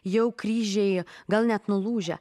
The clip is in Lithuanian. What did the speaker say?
jau kryžiai gal net nulūžę